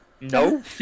No